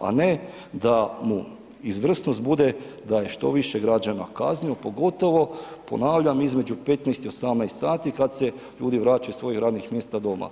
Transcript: a ne da mu izvrsnost bude da je što više građana kaznio pogotovo ponavljam između 15 i 18 sati kad se ljudi vraćaju sa svojih radnih mjesta doma.